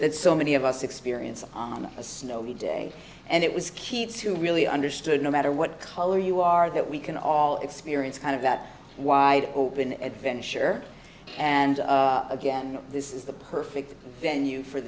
that so many of us experience on a snowy day and it was keats who really understood no matter what color you are that we can all experience kind of that wide open adventure and again this is the perfect venue for